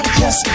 yes